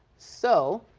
so,